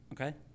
okay